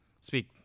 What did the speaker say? speak